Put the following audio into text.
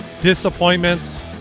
disappointments